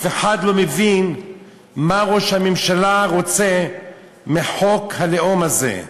אף אחד לא מבין מה ראש הממשלה רוצה מחוק הלאום הזה.